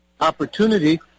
opportunity